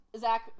Zach